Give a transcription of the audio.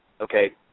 okay